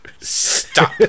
Stop